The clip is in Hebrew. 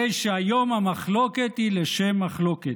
הרי שהיום המחלוקת היא לשם מחלוקת.